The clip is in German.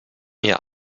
mir